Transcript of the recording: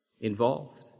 involved